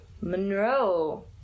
Monroe